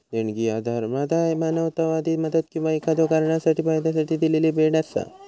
देणगी ह्या धर्मादाय, मानवतावादी मदत किंवा एखाद्यो कारणासाठी फायद्यासाठी दिलेली भेट असा